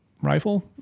rifle